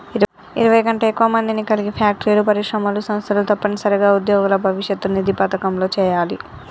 ఇరవై కంటే ఎక్కువ మందిని కలిగి ఫ్యాక్టరీలు పరిశ్రమలు సంస్థలు తప్పనిసరిగా ఉద్యోగుల భవిష్యత్ నిధి పథకంలో చేయాలి